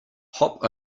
hop